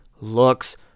looks